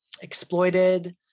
exploited